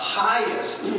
highest